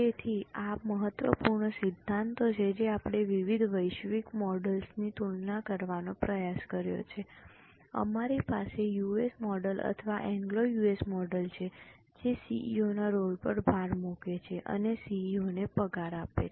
તેથી આ મહત્વપૂર્ણ સિદ્ધાંતો છે જે આપણે વિવિધ વૈશ્વિક મોડલ્સની તુલના કરવાનો પ્રયાસ કર્યો છે અમારી પાસે યુએસ મોડલ અથવા એંગ્લો યુએસ મોડલ છે જે સીઇઓનાં રોલ પર ભાર મૂકે છે અને સીઇઓને પગાર છે